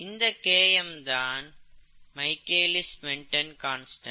இந்த Km தான் Michaelis Menten constant